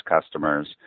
customers